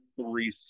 three